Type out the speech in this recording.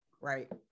Right